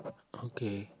okay